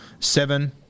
Seven